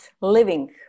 living